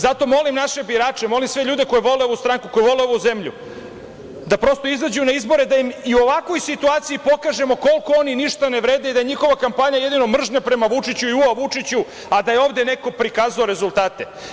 Zato molim naše birače, molim sve ljude koje vole ovu stranku, koje vole ovu zemlju da izađu na izbore i da im i u ovakvoj situaciji pokažemo koliko oni ništa ne vrede i da je njihova kampanja jedino mržnja prema Vučiću i „ua Vučiću“, a da je ovde neko prikazao rezultate.